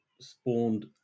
spawned